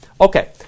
Okay